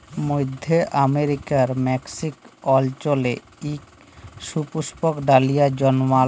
মইধ্য আমেরিকার মেক্সিক অল্চলে ইক সুপুস্পক ডালিয়া জল্মায়